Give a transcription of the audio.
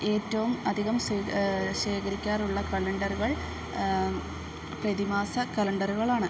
ഏറ്റവും അധികം ശേഖരിക്കാറുള്ള കലണ്ടറുകൾ പ്രതിമാസ കലണ്ടറുകളാണ്